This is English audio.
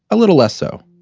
a little less so.